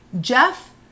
Jeff